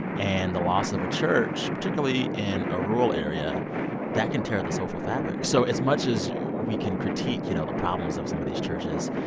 and the loss of a church, particularly in a rural area that can tear the social fabric. so as much as we can critique, you know, the problems of some of these churches,